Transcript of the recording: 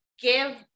give